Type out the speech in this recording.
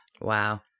Wow